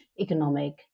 economic